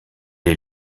est